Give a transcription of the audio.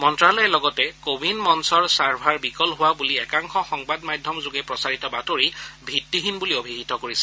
মন্ত্যালয়ে লগতে কোৱিন মঞ্চৰ ছাৰ্ভাৰ বিকল হোৱা বুলি একাংশ সংবাদ মাধ্যম যোগে প্ৰচাৰিত বাতৰি ভিগ্তিহীন বুলি অভিহিত কৰিছে